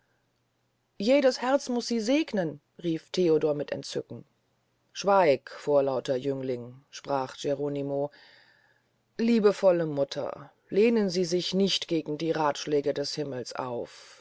jedes herz muß sie segnen rief theodor mit entzücken schweig vorlauter jüngling sprach geronimo liebevolle mutter lehnen sie sich nicht gegen die rathschläge des himmels auf